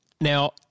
Now